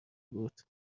بود